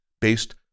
based